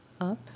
up